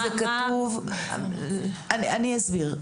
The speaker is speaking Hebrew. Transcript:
זה כתוב ואני אסביר.